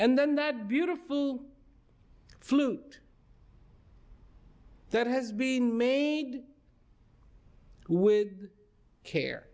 and then that beautiful flute that has been made who would care